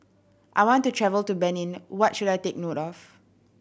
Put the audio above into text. I want to travel to Benin what should I take note of